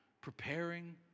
preparing